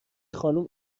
خانم